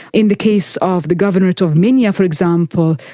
in the case of the governorate of minya, for example,